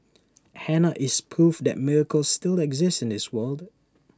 Hannah is proof that miracles still exist in this world